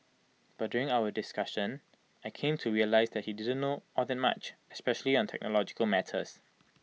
but during our discussion I came to realise that he did not know all that much especially on technological matters